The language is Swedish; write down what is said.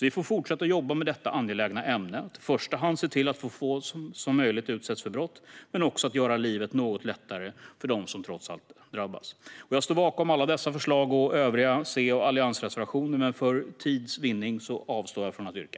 Vi får fortsätta att jobba med detta angelägna ämne, i första hand för att se till att så få som möjligt utsätts för brott men också för att göra livet något lättare för dem som trots allt drabbas. Jag står bakom alla dessa förslag och övriga C och alliansreservationer, men för tids vinnande avstår jag från att yrka.